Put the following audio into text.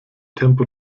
tempo